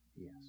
Yes